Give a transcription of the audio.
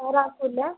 ഒരാൾക്കും ഇല്ലേ